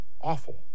awful